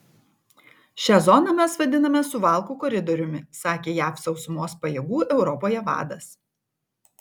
šią zoną mes vadiname suvalkų koridoriumi sakė jav sausumos pajėgų europoje vadas